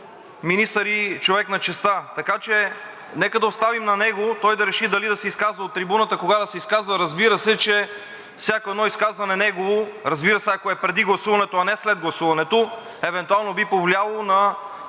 министър и човек на честта. Така че нека да оставим на него – той да реши дали да се изказва от трибуната, кога да се изказва. Разбира се, че всяко едно негово изказване, ако е преди гласуването, а не след гласуването, евентуално би повлияло на